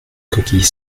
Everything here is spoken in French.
coquille